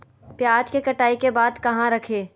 प्याज के कटाई के बाद कहा रखें?